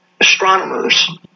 astronomers